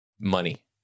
money